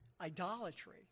idolatry